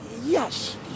Yes